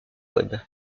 web